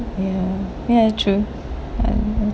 ya ya true